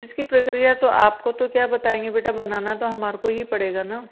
इसकी प्रक्रिया तो आप को तो क्या बताएंगे बेटा बनाना तो हमारे को ही पड़ेगा ना